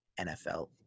NFL